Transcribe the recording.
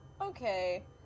Okay